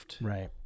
Right